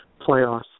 playoffs